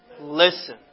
Listen